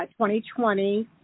2020